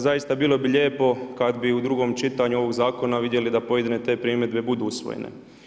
Zaista, bilo bi lijepo, kad bi u drugom čitanju ovog zakona vidjeli da pojedine te primjedbe budu usvojene.